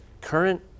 current